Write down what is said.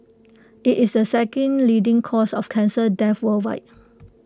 IT is the second leading cause of cancer death worldwide